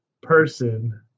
person